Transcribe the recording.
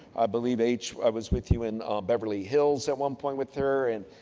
i believe h, i was with you in beverly hills at one point with her. and,